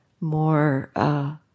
more